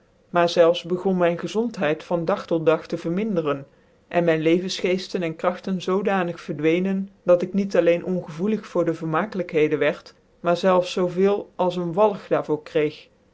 miar zelfs begon mijn gezondheid van dag tot dag tc verminderen cn mijn levensgeeftcn cn kngtcn zoojaanig vcrjwcenen dat ik niet alleen ongevoelig voor de vermakelijkheden wieri miar zelfs zoo veel als een wilg dur